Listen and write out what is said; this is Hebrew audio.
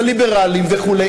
לליברלים וכו',